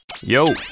Yo